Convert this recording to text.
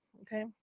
okay